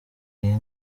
iyi